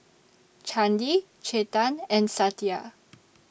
Chandi Chetan and Satya